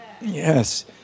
Yes